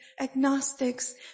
agnostics